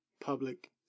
public